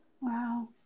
Wow